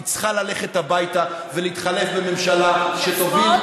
היא צריכה ללכת הביתה ולהתחלף בממשלה שתוביל,